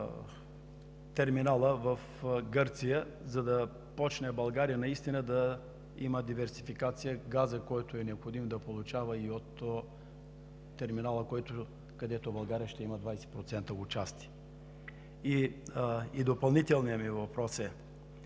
терминалът в Гърция, за да започне в България наистина да има диверсификация и газът, който е необходим, да получава от терминала, където България ще има 20% участие? Допълнителният ми въпрос е